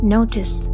Notice